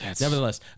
nevertheless